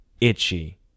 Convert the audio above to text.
itchy